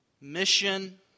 Mission